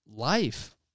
life